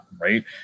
Right